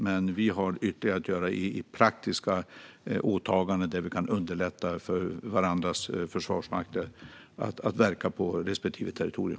Men vi har ytterligare att göra när det gäller praktiska åtaganden där vi kan underlätta för varandras försvarsmakter att verka på respektive territorium.